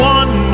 one